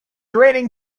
raining